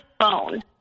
phone